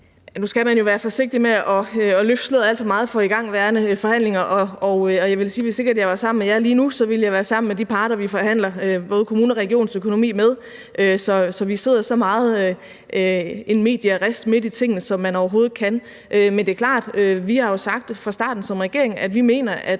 Nu skal man jo være forsigtig med at løfte sløret alt for meget for igangværende forhandlinger, og jeg vil sige, at hvis jeg ikke var sammen med jer lige nu, ville jeg være sammen med de parter, vi forhandler både kommuners og regioners økonomi med. Så vi sidder så meget in medias res, midt i tingene, som man overhovedet kan. Men det er klart, at vi jo som regering fra starten har sagt, at vi mener, at